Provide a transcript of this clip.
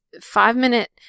five-minute